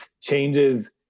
changes